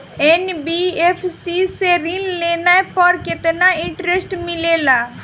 NBFC से ऋण लेने पर केतना इंटरेस्ट मिलेला?